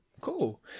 cool